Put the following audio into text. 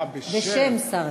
אה, "בשם".